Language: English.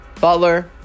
Butler